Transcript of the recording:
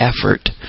effort